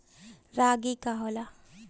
रागी का होला?